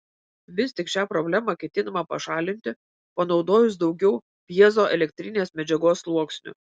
vis tik šią problemą ketinama pašalinti panaudojus daugiau pjezoelektrinės medžiagos sluoksnių